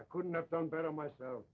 i couldn't have done better myself